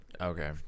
Okay